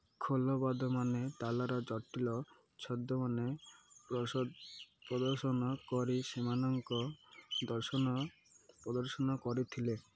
ଖୋଲବାଦମାନେ ତାଲର ଜଟିଳ ଛନ୍ଦମାନ ପ୍ରସଦ ପ୍ରଦର୍ଶନ କରି ସେମାନଙ୍କ ଦର୍ଶନ ପ୍ରଦର୍ଶନ କରିଥିଲେ